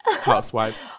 Housewives